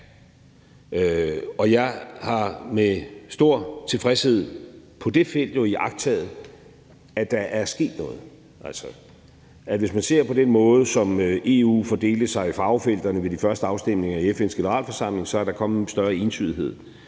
Jeg har med stor tilfredshed på det felt jo iagttaget, at der er sket noget. Hvis man ser på den måde, som EU fordelte sig på i farvefelterne ved de første afstemninger i FN's Generalforsamling, kan man se, at der er kommet en større entydighed.